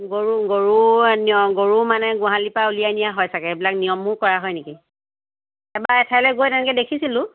গৰু গৰু গৰু মানে গোহালি পৰা উলিয়াই নিয়া হয় চাগে এইবিলাক নিয়মো কৰে হয় নেকি এবাৰ এঠাইলৈ গৈ তেনেকে দেখিছিলোঁ